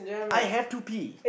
I have to pee